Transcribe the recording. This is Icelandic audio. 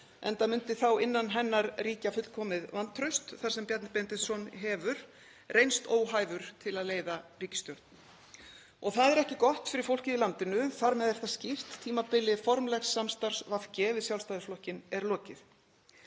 enda myndi þá innan hennar ríkja fullkomið vantraust þar sem Bjarni Benediktsson hefur reynst óhæfur til að leiða ríkisstjórn. Og það er ekki gott fyrir fólkið í landinu. Þar með er það skýrt að tímabili formlegs samstarfs VG við Sjálfstæðisflokkinn er lokið.